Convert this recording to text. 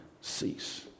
cease